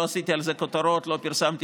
לא עשיתי על זה כותרות ולא פרסמתי את זה,